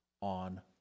on